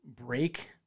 break